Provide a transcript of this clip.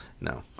No